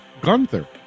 gunther